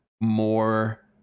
more